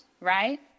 Right